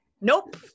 Nope